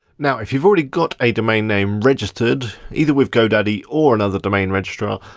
now if you've already got a domain name registered, either with godaddy or another domain registerer.